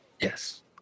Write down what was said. Yes